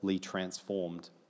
transformed